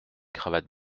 cravate